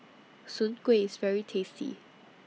Soon Kueh IS very tasty